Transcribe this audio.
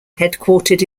headquartered